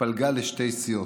התפלגה לשתי סיעות: